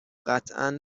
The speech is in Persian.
قطعا